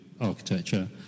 architecture